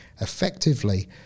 Effectively